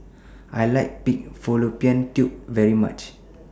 I like Pig Fallopian Tubes very much